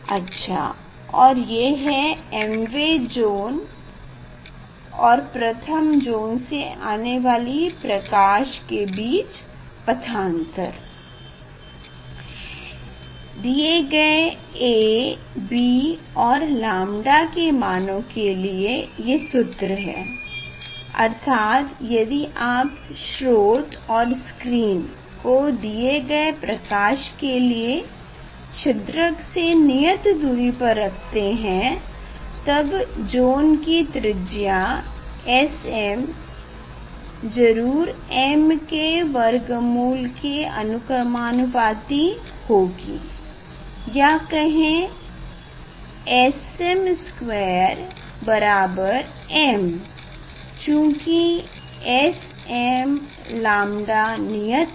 अच्छा और ये है m वे ज़ोन और प्रथम ज़ोन से आने वाली प्रकाश के बीच पाथांतर दिये गए a b और 𝝺 के मानों के लिए ये सूत्र है अर्थात यदि आप स्रोत और स्क्रीन को दिये गए प्रकाश के लिए छिद्रक से नियत दूरी पर रखते हैं तब ज़ोन की त्रिज्या sm जरूर m के वर्गमूल के अनुक्रमानुपाती होगी या कहें sm2 बराबर m चूंकि ab 𝝺 नियत है